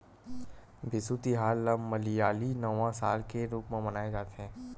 बिसु तिहार ल मलयाली नवा साल के रूप म मनाए जाथे